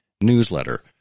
newsletter